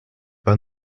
pas